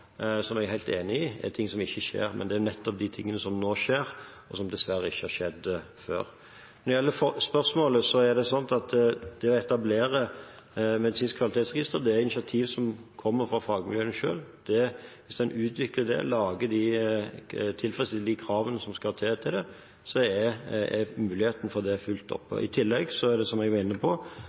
som jeg er helt enig i – er ting som ikke skjer. Men det er nettopp de tingene som nå skjer, og som dessverre ikke har skjedd før. Når det gjelder spørsmålet, er det sånn at det å etablere medisinsk kvalitetsregister er et initiativ som kommer fra fagmiljøene selv. Hvis en utvikler det, tilfredsstiller de kravene som skal til, er muligheten for det fulgt opp. I tillegg har, som jeg var inne på,